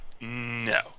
no